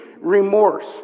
remorse